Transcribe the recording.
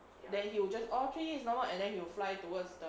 then you will just okay it's normal then he will fly towards the